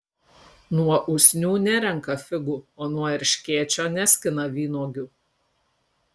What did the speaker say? nuo usnių nerenka figų o nuo erškėčio neskina vynuogių